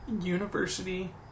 university